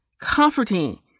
comforting